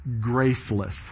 Graceless